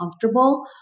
comfortable